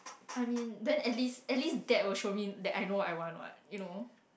I mean but at least at least that also mean that I know what I want what you know